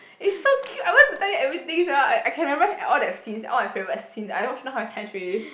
is so cute I want to tell you everything sia I I can memorise all that scenes all my favourite scenes I watch don't know how many times already